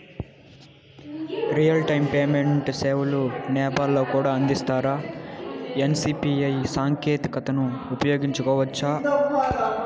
Real time payment సేవలు నేపాల్ లో కూడా అందిస్తారా? ఎన్.సి.పి.ఐ సాంకేతికతను ఉపయోగించుకోవచ్చా కోవచ్చా?